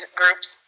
groups